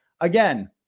again